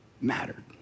mattered